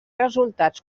resultats